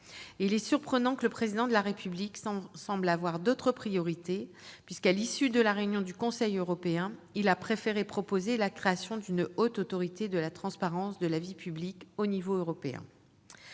sommes surpris de voir que le Président de la République semble avoir d'autres priorités : à l'issue de la réunion du Conseil européen, il a préféré proposer la création d'une Haute Autorité de la transparence de la vie publique au niveau européen